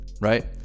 right